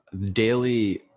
daily